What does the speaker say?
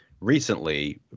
recently